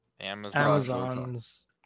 Amazon's